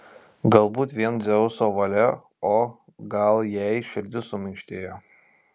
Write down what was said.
galbūt vien dzeuso valia o gal jai širdis suminkštėjo